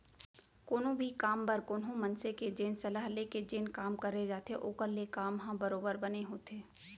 कोनो भी काम बर कोनो मनसे के जेन सलाह ले के जेन काम करे जाथे ओखर ले काम ह बरोबर बने होथे